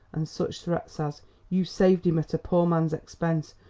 and such threats as you saved him at a poor man's expense,